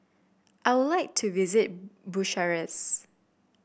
I would like to visit Bucharest